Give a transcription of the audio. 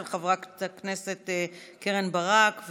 של חברת הכנסת קרן ברק.